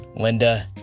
Linda